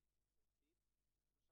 אין לנו